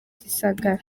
gisagara